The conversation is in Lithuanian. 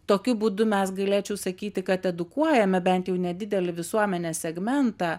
tokiu būdu mes galėčiau sakyti kad edukuojame bent jau nedidelį visuomenės segmentą